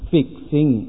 Fixing